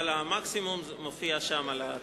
אבל המקסימום מופיע שם על הלוח.